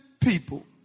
people